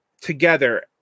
together